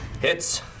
Hits